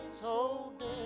holding